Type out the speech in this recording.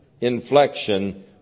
inflection